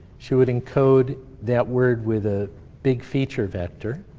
she would encode that word with a big feature vector.